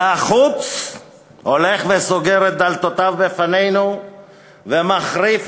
והחוץ הולך וסוגר את דלתותיו בפנינו ומחריף